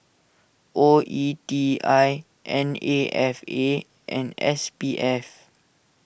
O E T I N A F A and S P F